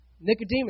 Nicodemus